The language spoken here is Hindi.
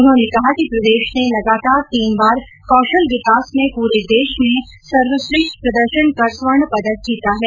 उन्होंने कहा कि प्रदेश ने लगातार तीन बार कौशल विकास में पूरे देश में सर्वश्रेष्ठ प्रदर्शन कर स्वर्ण पदक जीता है